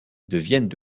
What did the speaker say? deviennent